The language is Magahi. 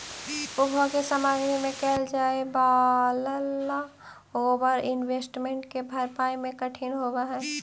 उपभोग के सामग्री में कैल जाए वालला ओवर इन्वेस्टमेंट के भरपाई में कठिनाई होवऽ हई